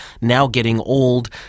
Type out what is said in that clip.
now-getting-old